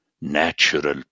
natural